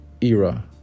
era